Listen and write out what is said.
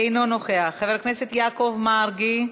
אינו נוכח, חבר הכנסת יעקב מרגי,